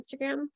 Instagram